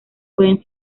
pueden